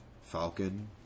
Falcon